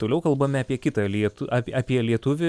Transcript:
toliau kalbame apie kitą lietu ap apie lietuvį